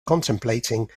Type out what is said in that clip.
contemplating